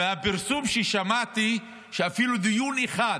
מהפרסום ששמעתי, אפילו דיון אחד,